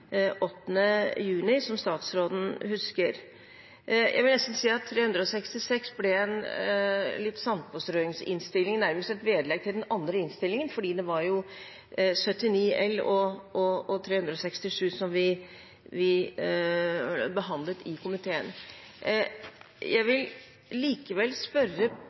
juni, som statsråden husker. Jeg vil nesten si at Innst. 366 L ble som en sandpåstrøingsinnstilling, nærmest et vedlegg til den andre innstillingen, for det var Prop. 79 LS og Innst. 367 S vi behandlet i komiteen. Jeg vil likevel, til tross for det statsråden har sagt, spørre